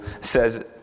says